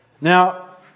Now